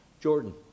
Jordan